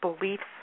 beliefs